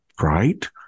right